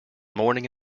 morning